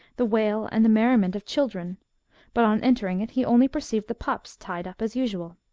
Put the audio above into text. the wail, and the merriment of children but, on entering it, he only perceived the pups tied up as usual.